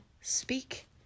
speak